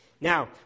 Now